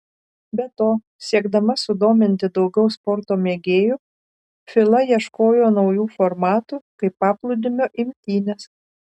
be to siekdama sudominti daugiau sporto mėgėjų fila ieškojo naujų formatų kaip paplūdimio imtynės